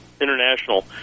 International